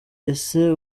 ese